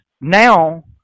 now